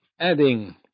adding